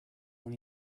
when